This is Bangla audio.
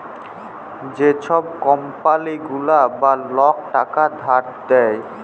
যে ছব কম্পালি গুলা বা লক টাকা ধার দেয়